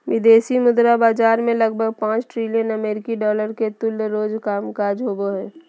विदेशी मुद्रा बाजार मे लगभग पांच ट्रिलियन अमेरिकी डॉलर के तुल्य रोज कामकाज होवो हय